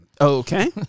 Okay